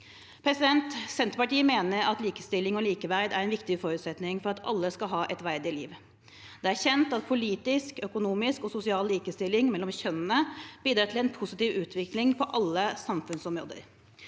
muligheter. Senterpartiet mener at likestilling og likeverd er en viktig forutsetning for at alle skal ha et verdig liv. Det er kjent at politisk, økonomisk og sosial likestilling mellom kjønnene bidrar til en positiv utvikling på alle samfunnsområder.